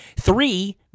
Three